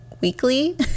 weekly